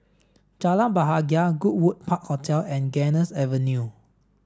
Jalan Bahagia Goodwood Park Hotel and Ganges Avenue